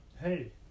hey